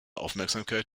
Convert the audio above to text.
aufmerksamkeit